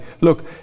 look